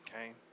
Okay